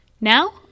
Now